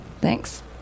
Thanks